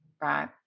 Right